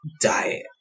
diet